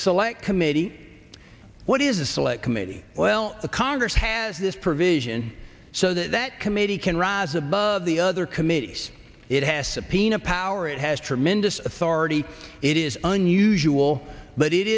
select committee what is a select committee well the congress has this provision so that committee can rise above the other commit yes it has subpoena power it has tremendous authority it is unusual but it